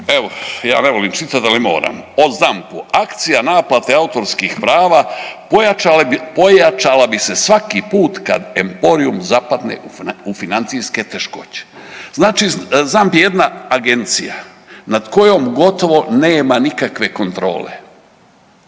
evo ja ne volim čitati ali moram, o ZAMP-u „Akcija naplate autorskih prava pojačala bi se svaki put kad Emporium zapadne u financije teškoće“. Znači ZAMP je jedna agencija nad kojom gotovo nema nikakve kontrole,